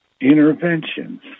interventions